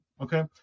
okay